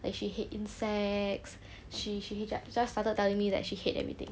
that she hate insects she she just started telling me that she hate everything